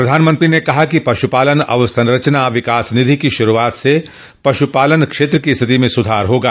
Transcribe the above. प्रधानमंत्री ने कहा कि पशुपालन अवसंरचना विकास निधि की शुरुआत से पशुपालन क्षेत्र की स्थिति में सुधार होगा